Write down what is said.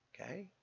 Okay